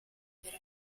per